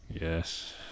Yes